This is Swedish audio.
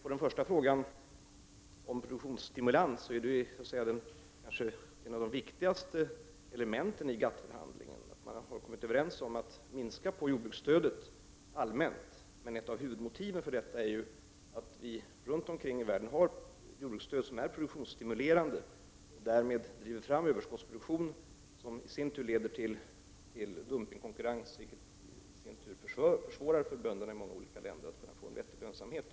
Göran Engström frågade om produktionsstimulans och detta är ett av de viktigaste elementen i GATT-förhandlingen. Man har kommit överens om att allmänt minska jordbruksstödet. Ett av huvudmotiven för detta är att det runt om i världen finns jordbruksstöd som är produktionsstimulerade och därmed driver fram överskottsproduktion som leder till dumpning och konkurrens, vilket i sin tur försvårar för bönder i många länder att få en bra lönsamhet.